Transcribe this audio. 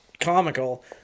comical